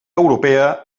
europea